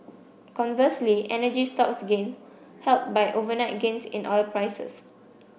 conversely energy stocks gained helped by overnight gains in oil prices